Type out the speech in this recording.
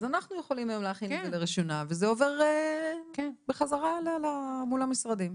וזה עובר בחזרה מול המשרדים.